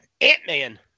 Ant-Man